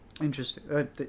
interesting